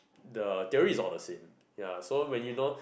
the theory is all the same ya so when you know